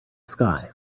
sky